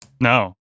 No